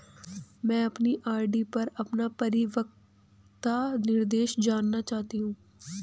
मैं अपनी आर.डी पर अपना परिपक्वता निर्देश जानना चाहती हूँ